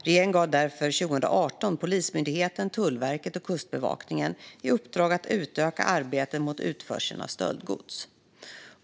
Regeringen gav därför 2018 Polismyndigheten, Tullverket och Kustbevakningen i uppdrag att utöka arbetet mot utförseln av stöldgods.